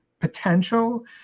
potential